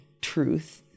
truth